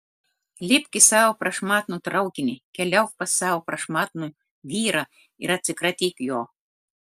lipk į savo prašmatnų traukinį keliauk pas savo prašmatnų vyrą ir atsikratyk jo